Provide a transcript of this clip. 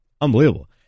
Unbelievable